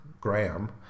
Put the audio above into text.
Graham